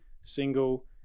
single